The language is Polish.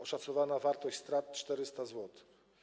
Oszacowana wartość strat - 400 zł.